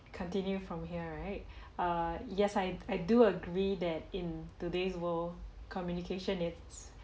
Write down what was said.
continue from here right err yes I I do agree that in today's world communication its